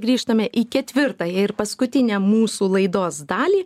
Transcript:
grįžtame į ketvirtąją ir paskutinę mūsų laidos dalį